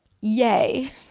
Yay